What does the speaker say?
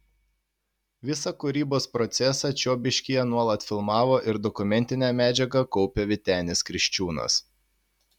visą kūrybos procesą čiobiškyje nuolat filmavo ir dokumentinę medžiagą kaupė vytenis kriščiūnas